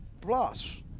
Plus